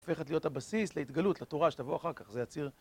הופכת להיות הבסיס להתגלות לתורה שתבוא אחר כך זה הציר